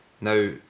Now